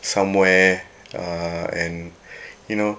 somewhere uh and you know